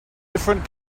different